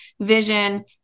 vision